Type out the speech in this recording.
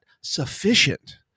sufficient